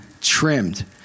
trimmed